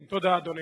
תודה, אדוני.